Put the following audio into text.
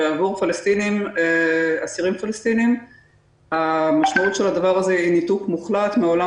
עבור אסירים פלסטינים משמעות הדבר הזה היא ניתוק מוחלט מהעולם